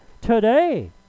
Today